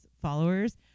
followers